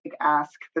ask